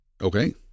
Okay